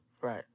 Right